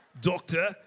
Doctor